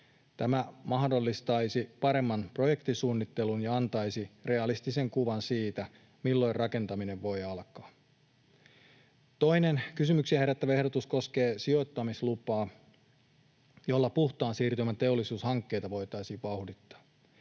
Tämä mahdollistaisi paremman projektisuunnittelun ja antaisi realistisen kuvan siitä, milloin rakentaminen voi alkaa. Toinen kysymyksiä herättävä ehdotus koskee sijoittamislupaa, jolla puhtaan siirtymän teollisuushankkeita voitaisiin vauhdittaa.